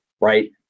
right